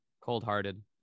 Cold-hearted